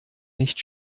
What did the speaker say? nicht